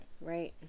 Right